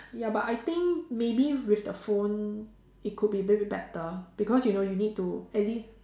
ya but I think maybe with the phone it could be a bit better because you know you need to at least